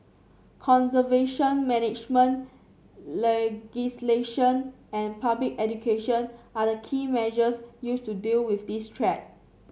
conservation management legislation and public education are the key measures used to deal with this threat